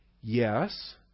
Yes